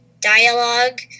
dialogue